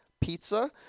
Pizza